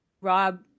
Rob